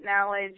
knowledge